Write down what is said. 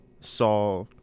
saw